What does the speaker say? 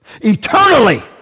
Eternally